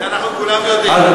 את זה אנחנו כולנו יודעים.